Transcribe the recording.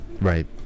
Right